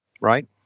Right